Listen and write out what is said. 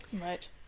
Right